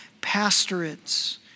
pastorates